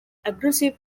aggressive